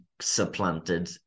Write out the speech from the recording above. supplanted